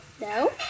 No